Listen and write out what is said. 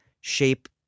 shape